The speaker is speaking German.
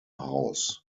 haus